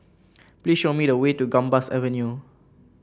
please show me the way to Gambas Avenue